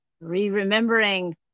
re-remembering